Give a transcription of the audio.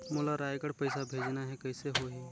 मोला रायगढ़ पइसा भेजना हैं, कइसे होही?